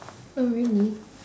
oh really